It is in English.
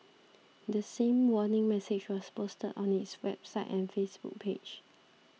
the same warning message was posted on its website and Facebook page